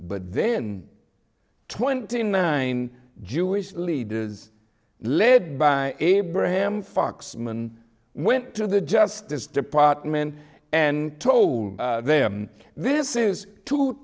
but then twenty nine jewish leaders led by abraham foxman went to the justice department and told them this